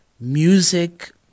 music